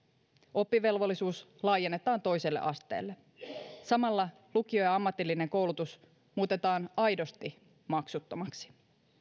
oppivelvollisuus laajennetaan toiselle asteelle samalla lukio ja ammatillinen koulutus muutetaan aidosti maksuttomaksi